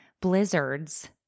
blizzards